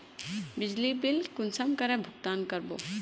बिजली बिल कुंसम करे भुगतान कर बो?